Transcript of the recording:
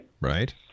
Right